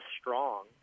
strong